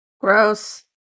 Gross